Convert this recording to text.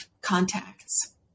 contacts